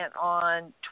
on